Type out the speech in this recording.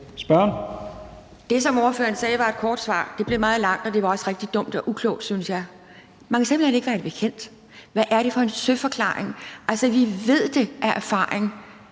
Det, som ordføreren sagde var et kort svar, blev meget langt, og det var også rigtig dumt og uklogt, synes jeg. Man kan simpelt hen ikke være det bekendt. Hvad er det for en søforklaring? Altså, vi ved af erfaring,